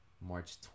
March